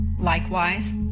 Likewise